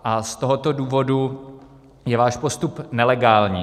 Z tohoto důvodu je váš postup nelegální.